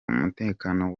umutekano